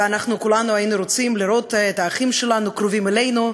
וכולנו היינו רוצים לראות את האחים שלנו קרובים אלינו,